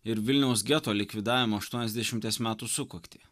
ir vilniaus geto likvidavimo aštuoniasdešimties metų sukaktį